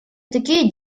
такие